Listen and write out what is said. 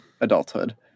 Adulthood